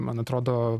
man atrodo